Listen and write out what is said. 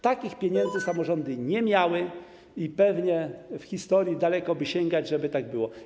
Takich pieniędzy samorządy nie miały i pewnie w historii daleko by sięgać, żeby tak było.